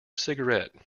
cigarette